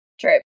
True